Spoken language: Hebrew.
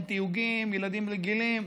אין תיוגים, ילדים רגילים.